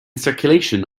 circulation